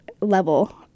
level